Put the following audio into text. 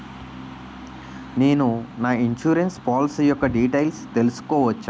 నేను నా insurance policy యెక్క డీటైల్స్ తెల్సుకోవచ్చా?